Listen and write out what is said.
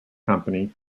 company